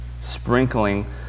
sprinkling